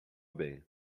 bem